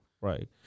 Right